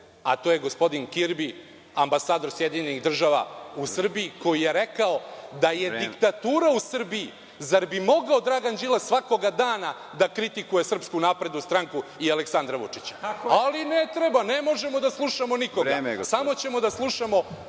a to je gospodin Kirbi, ambasador SAD u Srbiji koji je rekao da je diktatura u Srbiji, zar bi mogao Dragan Đilas svakoga dana da kritikuje SNS i Aleksandra Vučića, ali ne treba, ne možemo da slušamo nikoga, samo ćemo da slušamo